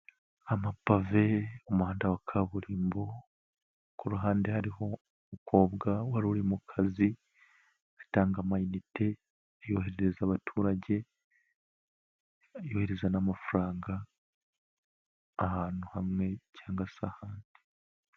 Amapave umuhanda wa kaburimbo ku ruhande hariho umukobwa wari uri mu kazi atanga amayinite ayoherereza abaturage yohereza n'amafaranga ahantu hamwe cyangwa se ahandi.